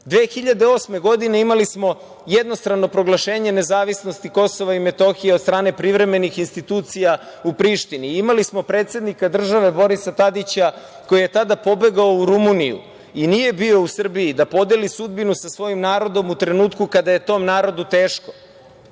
2008. imali smo jednostrano proglašenje nezavisnosti Kosova i Metohije od strane privremenih institucija u Prištini. Imali smo predsednika države Borisa Tadića koji je tada pobegao u Rumuniju i nije bio u Srbiji da podeli sudbinu sa svojim narodom u trenutku kada je tom narodu teško.